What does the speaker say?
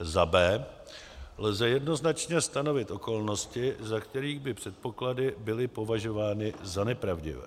b) lze jednoznačně stanovit okolnosti, za kterých by předpoklady byly považovány za nepravdivé;